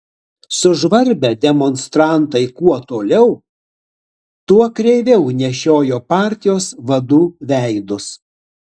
sužvarbę demonstrantai kuo toliau tuo kreiviau nešiojo partijos vadų veidus